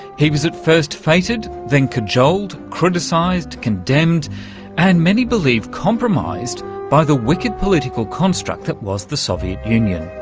he was at first feted, then cajoled, criticised, condemned and many believe compromised by the wicked political construct that was the soviet union.